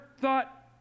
thought